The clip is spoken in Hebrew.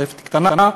תוספת קטנה,